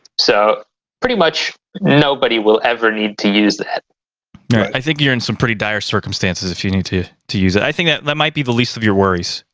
so pretty much nobody will ever need to use that. m yeah i think you're in some pretty dire circumstances if you need to to use it. i think that that might be the least of your worries.